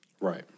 Right